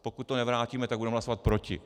Pokud to nevrátíme, tak budeme hlasovat proti.